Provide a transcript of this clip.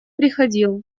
приходил